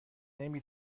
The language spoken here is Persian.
نمی